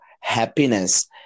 happiness